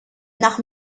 nach